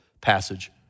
passage